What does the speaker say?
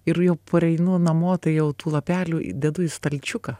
ir jau pareinu namo tai jau tų lapelių dedu į stalčiuką